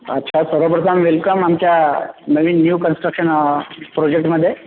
अच्छा सर्वप्रथम वेलकम आमच्या नवीन न्यू कन्स्ट्रक्शन प्रोजेक्टमधे